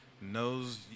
Knows